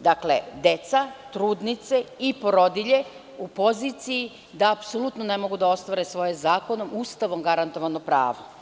dakle deca, trudnice i porodilje u poziciji da apsolutno ne mogu da ostvare svoje zakonom i Ustavom garantovano pravo.